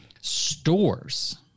stores